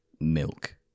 milk